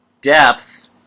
Depth